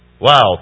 wow